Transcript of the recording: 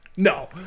no